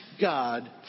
God